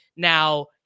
Now